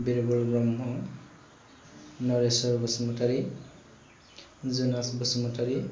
Birbal Brahma Nareswar Basumatary Junas Basumatary